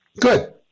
good